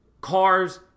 cars